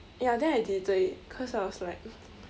ya then I deleted it cause I was like